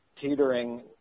teetering